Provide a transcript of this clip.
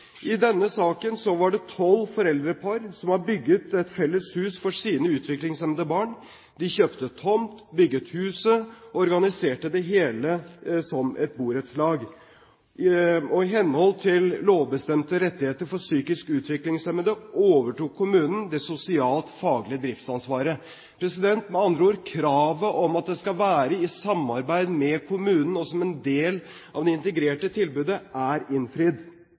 I denne saken var det tolv foreldrepar som bygget et felles hus for sine utviklingshemmede barn. De kjøpte tomt, bygget huset og organiserte det hele som et borettslag. I henhold til lovbestemte rettigheter for psykisk utviklingshemmede overtok kommunen det sosialt faglige driftsansvaret. Med andre ord: Kravet om at det skal være i samarbeid med kommunen og som en del av det integrerte tilbudet, er innfridd.